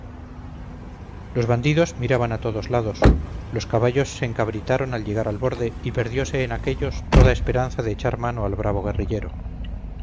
los bandidos miraban a todos lados los caballos se encabritaron al llegar al borde y perdiose en aquellos toda esperanza de echar mano al bravo guerrillero